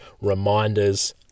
reminders